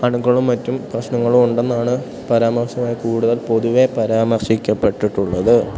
അണുക്കളും മറ്റും പ്രശ്ണങ്ങളും ഉണ്ടെന്നാണ് പരാമർശമായി കൂടുതൽ പൊതുവേ പരാമർശിക്കപ്പെട്ടിട്ട് ഉള്ളത്